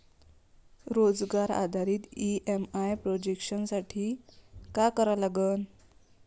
रोजगार आधारित EMI projection साठी का करा लागन?